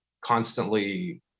constantly